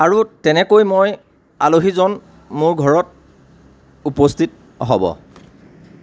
আৰু তেনেকৈ মই আলহীজন মোৰ ঘৰত উপস্থিত হ'ব